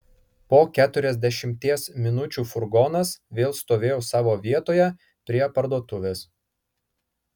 po keturiasdešimties minučių furgonas vėl stovėjo savo vietoje prie parduotuvės